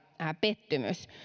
pettymys